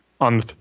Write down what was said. on